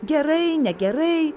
gerai negerai